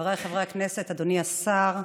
חבריי חברי הכנסת, אדוני השר,